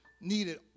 needed